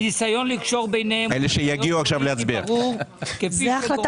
וניסיון לקשור ביניהם- -- עוד מעט